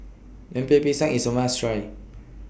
Lemper Pisang IS A must Try